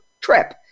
trip